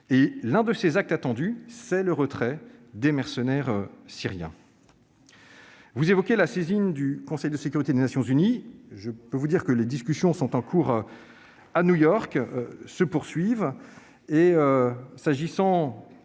! L'un des actes attendus est le retrait des mercenaires syriens. Vous demandez la saisine du Conseil de sécurité des Nations unies. Les discussions sont en cours à New York et se poursuivent.